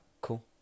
cool